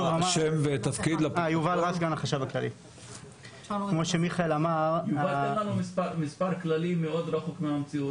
כמו שמיכאל אמר ------ מספר כללי רחוק מאוד מהמציאות.